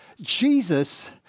Jesus